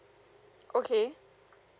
okay